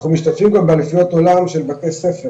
אנחנו משתתפים גם באליפויות עולם של בתי ספר